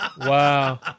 Wow